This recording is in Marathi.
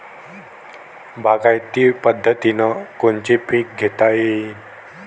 बागायती पद्धतीनं कोनचे पीक घेता येईन?